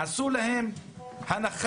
עשו להם הנחה,